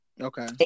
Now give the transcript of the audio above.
Okay